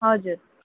हजुर